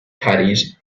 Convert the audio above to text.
caddies